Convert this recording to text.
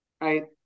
Right